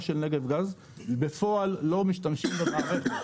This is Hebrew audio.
של נגב גז בפועל לא משתמשים במערכת.